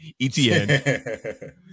Etn